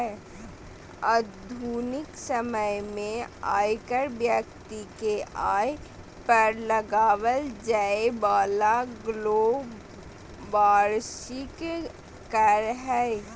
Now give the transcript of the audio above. आधुनिक समय में आयकर व्यक्ति के आय पर लगाबल जैय वाला एगो वार्षिक कर हइ